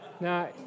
Now